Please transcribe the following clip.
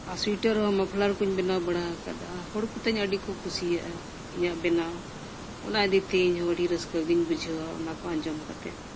sweater ᱦᱚᱸ muffler ᱠᱚᱧ ᱵᱮᱱᱟᱣ ᱵᱟᱲᱟ ᱟᱠᱟᱫᱟ ᱦᱚᱲ ᱠᱚᱛᱮᱧ ᱟᱹᱰᱤ ᱠᱚ ᱠᱩᱥᱤᱭᱟᱜᱼᱟ ᱤᱧᱟᱹᱜ ᱵᱮᱱᱟᱣ ᱚᱱᱟ ᱤᱫᱤᱛᱮ ᱤᱧᱦᱚᱸ ᱟᱹᱰᱤ ᱨᱟᱹᱥᱠᱟᱹᱜᱤᱧ ᱵᱩᱡᱷᱟᱹᱣᱟ ᱚᱱᱟ ᱠᱚ ᱟᱸᱡᱚᱢ ᱠᱟᱛᱮᱫ